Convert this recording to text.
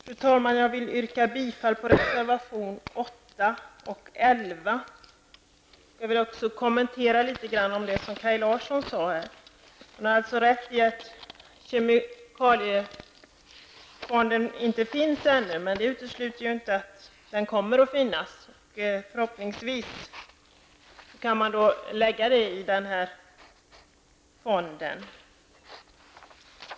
Fru talman! Jag vill yrka bifall till reservation 8 och Jag vill också kommentera något av det Kaj Larsson sade. Han har rätt i att kemikaliefonden inte finns ännu. Det utesluter inte att den kommer att finnas så småningom och förhoppningsvis kan man då lägga det i denna fond.